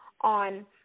on